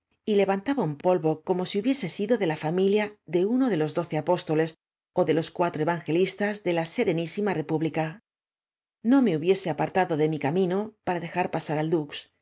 y letantaba ua polvo coznosi hubiere sido de la fa milia de uao de los doce apóstoles ó de los cua tro evangelistas de la serenísima república no me hubiese apartado de m i camino para dejar pasar al